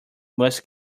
must